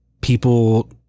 people